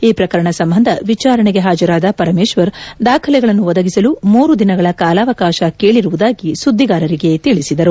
ಈ ಪ್ರಕರಣ ಸಂಬಂಧ ವಿಚಾರಣೆಗೆ ಹಾಜರಾದ ಪರಮೇಶ್ವರ್ ದಾಖಲೆಗಳನ್ನು ಒದಗಿಸಲು ಮೂರು ದಿನಗಳ ಕಾಲಾವಕಾಶ ಕೇಳರುವುದಾಗಿ ಸುದ್ಗಿಗಾರರಿಗೆ ತಿಳಿಸಿದರು